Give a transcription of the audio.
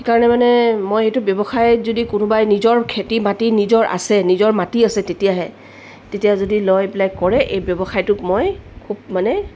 সেইকাৰণে মানে মই এইটো ব্যৱসায়ত যদি কোনোবাই নিজৰ খেতি বাতি নিজৰ আছে নিজৰ মাটি আছে তেতিয়াহে তেতিয়া যদি লৈ পেলাই কৰে এই ব্যৱসায়টো মই খুব মানে